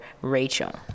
Rachel